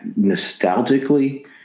nostalgically